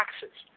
taxes